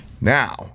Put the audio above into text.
Now